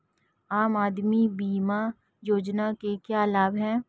आम आदमी बीमा योजना के क्या लाभ हैं?